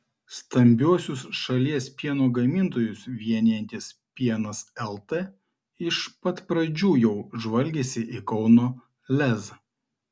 stambiuosius šalies pieno gamintojus vienijantis pienas lt iš pat pradžių jau žvalgėsi į kauno lez